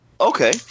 Okay